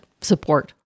support